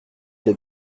les